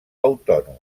autònom